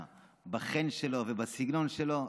בחן שלו ובסגנון שלו,